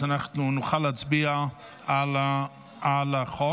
אז אנחנו נוכל להצביע על החוק.